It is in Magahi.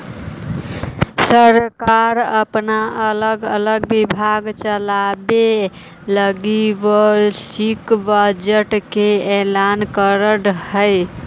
सरकार अपन अलग अलग विभाग चलावे लगी वार्षिक बजट के ऐलान करऽ हई